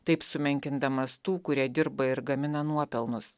taip sumenkindamas tų kurie dirba ir gamina nuopelnus